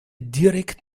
direkt